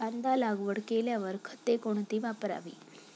कांदा लागवड केल्यावर खते कोणती वापरावी?